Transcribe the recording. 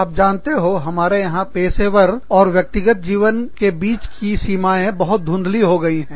आप जानते हो हमारे यहां पेशेवर और व्यक्तिगत जीवन के बीच की सीमाएं बहुत धुंधली हो गई हैं